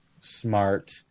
smart